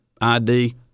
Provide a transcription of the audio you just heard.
ID